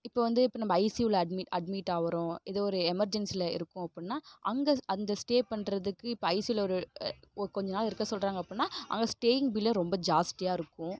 இப்போ வந்து இப்போ நம்ம ஐசியூவில் அட்மிட் அட்மிட் ஆகுறோம் எதோ ஒரு எமர்ஜென்சில் இருக்கோம் அப்பிடின்னா அங்கே அந்த ஸ்டே பண்ணுறதுக்கு இப்போ ஐசியூவில் ஒரு அ ஓ கொஞ்ச நாள் இருக்கற சொல்கிறாங்க அப்பிடின்னா அங்கே ஸ்டேயிங் பில்லே ரொம்ப ஜாஸ்தியாக இருக்கும்